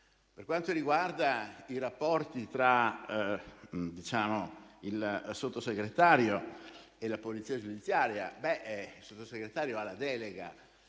Per quanto riguarda i rapporti tra il Sottosegretario e la Polizia penitenziaria, il Sottosegretario ha la delega.